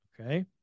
Okay